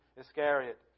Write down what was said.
Iscariot